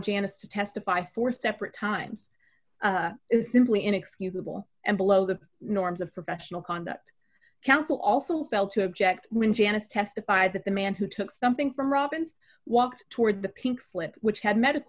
janice to testify four separate times is simply inexcusable and below the norms of professional conduct counsel also felt to object when janice testified that the man who took something from robbins walked toward the pink slip which had medic